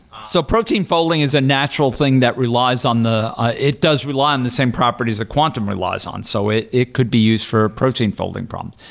so protein folding is a natural thing that relies on the ah it does rely on the same properties that quantum relies on, so it it could be used for protein folding problem.